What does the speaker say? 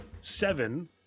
seven